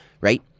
right